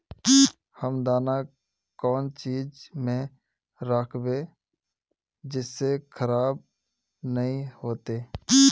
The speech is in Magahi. हम दाना कौन चीज में राखबे जिससे खराब नय होते?